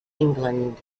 england